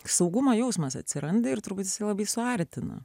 saugumo jausmas atsiranda ir trukdys hobį suartina